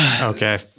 okay